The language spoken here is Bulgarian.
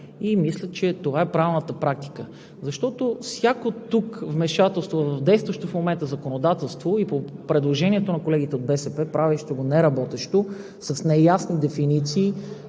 Мисля, че това е правилната практика, защото всяко вмешателство в действащо в момента законодателство и по предложението на колегите от БСП, правещо го неработещо, с неясни дефиниции.